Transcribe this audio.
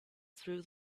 through